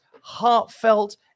heartfelt